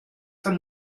from